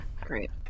Great